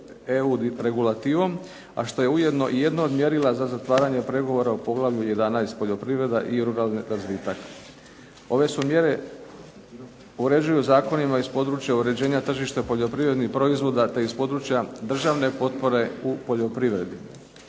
EU direktivom, a što je ujedno i jedno od mjerila za zatvaranje pregovora o poglavlju 11. - Poljoprivreda i ruralni razvitak. Ove su mjere uređuju zakonima iz područja uređenja tržišta poljoprivrednih proizvoda, te iz područja državne potpore u poljoprivredi.